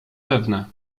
pewne